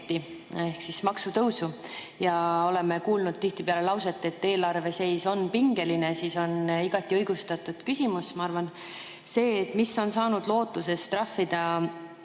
ehk siis maksutõusu ja oleme kuulnud tihtipeale lauset, et eelarve seis on pingeline, siis on igati õigustatud küsimus, ma arvan, et mis on saanud lootusest trahvida